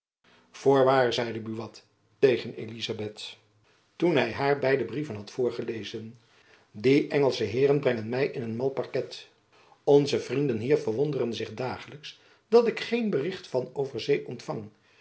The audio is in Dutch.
voorwaar zeide buat tegen elizabeth toen hy jacob van lennep elizabeth musch haar beide brieven had voorgelezen die engelsche heeren brengen my in een mal parket onze vrienden hier verwonderen zich dagelijks dat ik geen bericht van over zee ontfang